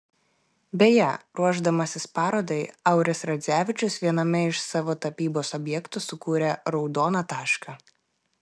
beje ruošdamasis parodai auris radzevičius viename iš savo tapybos objektų sukūrė raudoną tašką